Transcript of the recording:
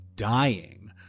Dying